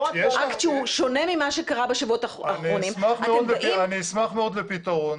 אקט שהוא שונה ממה שקרה בשבועות האחרונים --- אני אשמח מאוד לפתרון.